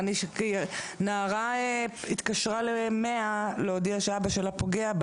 נערה התקשרה ל-100 להודיע שאבא שלה פוגע,